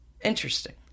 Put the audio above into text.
interesting